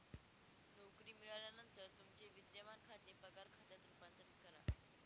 नोकरी मिळाल्यानंतर तुमचे विद्यमान खाते पगार खात्यात रूपांतरित करा